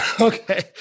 Okay